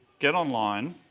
get online,